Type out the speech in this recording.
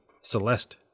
celeste